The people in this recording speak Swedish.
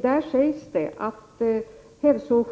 Där sägs att hälsooch